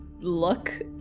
look